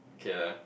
okay lah